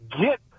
Get